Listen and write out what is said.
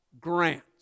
grants